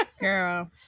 girl